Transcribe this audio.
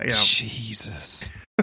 Jesus